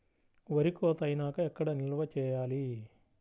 వరి కోత అయినాక ఎక్కడ నిల్వ చేయాలి?